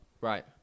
Right